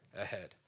ahead